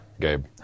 Gabe